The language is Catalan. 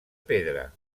pedra